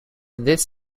this